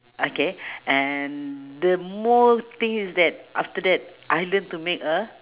okay and the more thing is that after that I learn to make a